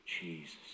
Jesus